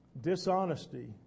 Dishonesty